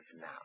now